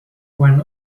when